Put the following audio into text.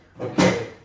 okay